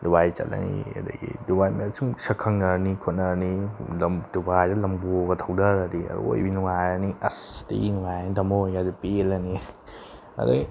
Dubai ꯆꯠꯂꯅꯤ ꯑꯗꯒꯤ Dubai ꯁꯨꯝ ꯁꯛ ꯈꯪꯅꯔꯅꯤ ꯈꯣꯠꯅꯔꯅꯤ ꯑꯗꯨꯝ ꯗꯨꯕꯥꯏꯗ ꯂꯝꯕꯣꯒ ꯊꯧꯊꯔꯗꯤ ꯑꯔꯣꯏꯕꯤ ꯅꯨꯡꯉꯥꯏꯔꯅꯤ ꯑꯁ ꯊꯤ ꯅꯨꯡꯉꯥꯏꯔꯅꯤ ꯊꯝꯃꯣꯏꯒꯁꯦ ꯄꯦꯜꯂꯅꯤ ꯑꯗꯒꯤ